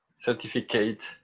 certificate